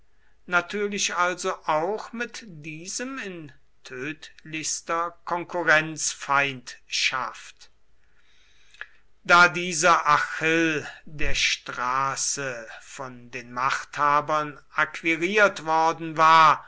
natürlich also auch mit diesem in tödlichster konkurrenzfeindschaft da dieser achill der straße von den machthabern acquiriert worden war